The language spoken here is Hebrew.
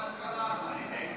ועדת הכלכלה.